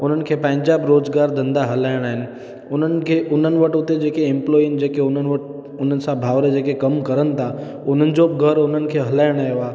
उन्हनि खे पंहिंजा बि रोज़गार धंधा हलाइणा आहिनि उन्हनि खे उन्हनि वटि उते जेके एम्पलॉय आहिनि जेके उन्हनि वटि उन्हनि सां भाउर जेके कमु करन था उन्हनि जो घर उन्हनि खे हलाइणो आहे